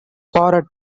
for